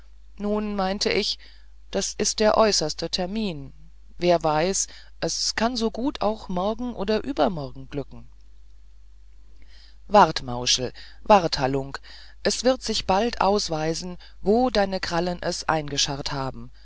nun meinte ich das ist der äußerste termin wer weiß es kann so gut auch morgen und übermorgen glücken wart mauschel wart halunk es wird sich bald aus weisen wo deine krallen es eingescharrt haben